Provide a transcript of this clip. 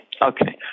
Okay